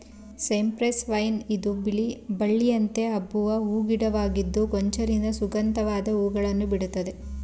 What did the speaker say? cypress vine ಇದು ಬಳ್ಳಿಯಂತೆ ಹಬ್ಬುವ ಹೂ ಗಿಡವಾಗಿದ್ದು ಗೊಂಚಲಿನ ಸುಗಂಧವಾದ ಹೂಗಳನ್ನು ಬಿಡುತ್ತದೆ